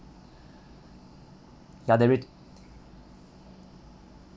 ya they re~